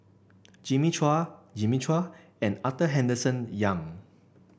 Jimmy Chua Jimmy Chua and Arthur Henderson Young